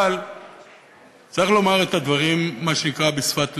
אבל צריך לומר את הדברים, מה שנקרא, בשפת לבם.